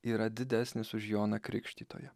yra didesnis už joną krikštytoją